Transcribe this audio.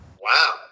Wow